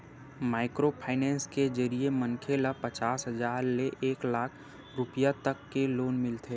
micro finance के जरिए मनखे ल पचास हजार ले एक लाख रूपिया तक के लोन मिलथे